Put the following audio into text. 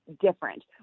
different